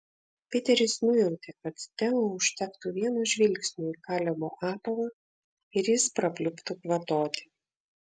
piteris nujautė kad teo užtektų vieno žvilgsnio į kalebo apavą ir jis prapliuptų kvatoti